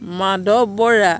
Madhav Bora